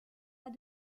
pas